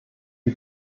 die